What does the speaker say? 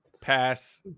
Pass